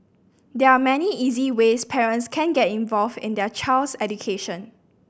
there are many easy ways parents can get involved in their child's education